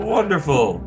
wonderful